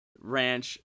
Ranch